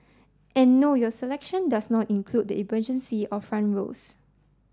and no your selection does not include the emergency or front rows